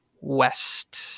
west